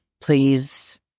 please